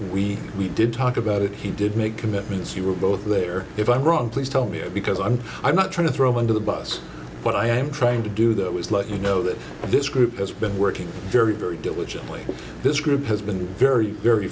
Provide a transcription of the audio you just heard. we we did talk about it he did make commitments you were both there if i'm wrong please tell me or because i'm i'm not trying to throw him under the bus but i am trying to do though is let you know that this group has been working very very diligently this group has been very very